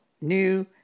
New